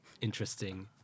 interesting